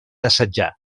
assetjar